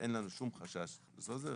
אין לנו שום חשש בנושא הזה,